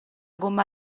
gomma